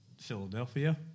Philadelphia